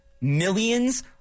millions